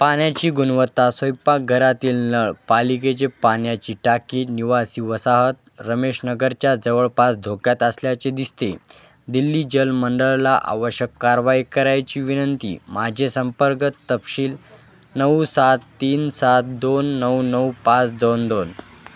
पाण्याची गुणवत्ता स्वयंपाकघरातील नळ पालिकेचे पाण्याची टाकी निवासी वसाहत रमेश नगरच्या जवळपास धोक्यात असल्याचे दिसते दिल्ली जल मंडळाला आवश्यक कारवाई करायची विनंती माझे संपर्क तपशील नऊ सात तीन सात दोन नऊ नऊ पाच दोन दोन